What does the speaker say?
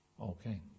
okay